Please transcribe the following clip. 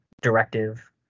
directive